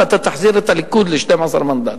ואתה תחזיר את הליכוד ל-12 מנדטים.